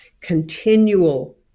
continual